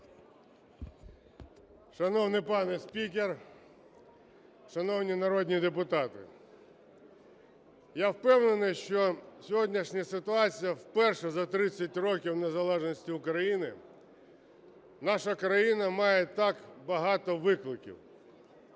Шановний пане спікер, шановні народні депутати, я впевнений, що сьогоднішня ситуація… вперше за 30 років незалежності України наша країна має так багато викликів: